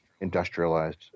industrialized